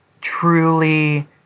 truly